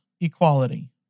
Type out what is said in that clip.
equality